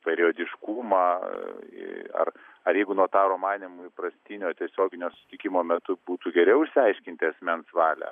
periodiškumą ar ar jeigu notaro manymu įprastinio tiesioginio susitikimo metu būtų geriau išsiaiškinti asmens valią